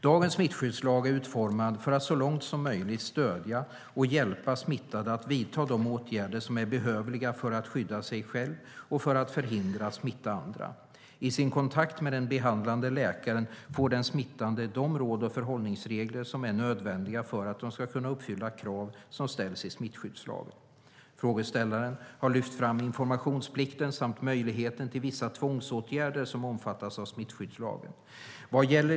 Dagens smittskyddslag är utformad för att så långt som möjligt stödja och hjälpa smittade att vidta de åtgärder som är behövliga för att de ska skydda sig själva och för att de ska förhindra att smitta andra. I sin kontakt med den behandlande läkaren får den smittade de råd och förhållningsregler som är nödvändiga för att man ska kunna uppfylla krav som ställs i smittskyddslagen. Frågeställaren har lyft fram informationsplikten samt möjligheten till vissa tvångsåtgärder som omfattas av smittskyddslagen.